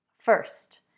first